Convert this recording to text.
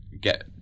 get